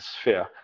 sphere